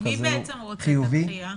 מי רוצה את הדחייה?